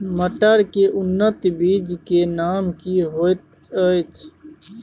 मटर के उन्नत बीज के नाम की होयत ऐछ?